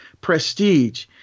prestige